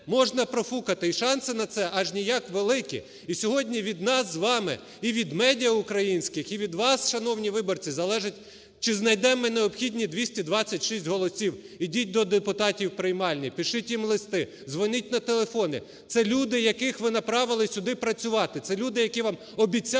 можна профукати, і шанси на це аж ніяк великі. І сьогодні від нас з вами і від медіа українських, і від вас, шановні виборці, залежить, чи знайдемо ми необхідні 226 голосів. Йдіть до депутатів у приймальні, пишіть їм листи, дзвоніть на телефони. Це люди, яких ви направили сюди працювати, це люди, які вам обіцяли